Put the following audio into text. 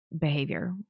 behavior